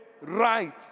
right